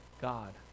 God